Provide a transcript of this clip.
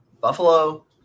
Buffalo